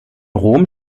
rom